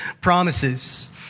promises